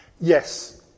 Yes